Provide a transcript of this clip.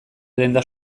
denda